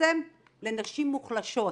בעצם לנשים מוחלשות.